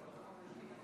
נגד,